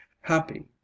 happy